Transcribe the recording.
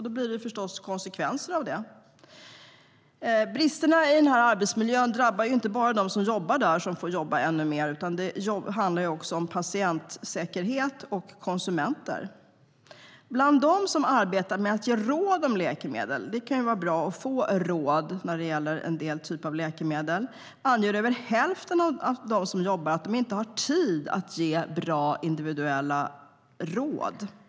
Då blir det förstås konsekvenser av det. Bristerna i arbetsmiljön drabbar inte bara dem som jobbar där och får jobba ännu mer, utan det handlar också om patientsäkerhet och konsumenter. Bland dem som arbetar med att ge råd om läkemedel - det kan vara bra att få råd när det gäller en del typer av läkemedel - anger över hälften att de inte har tid att ge bra individuella råd.